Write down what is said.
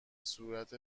صورت